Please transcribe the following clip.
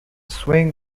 swing